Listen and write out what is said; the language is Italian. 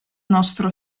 nostro